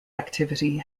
activity